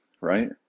right